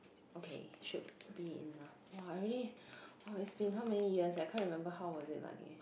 okay should be enough !wah! really !wah! it's been how many years leh I can't remember how was it like eh